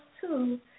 two